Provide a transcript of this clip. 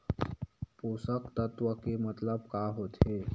पोषक तत्व के मतलब का होथे?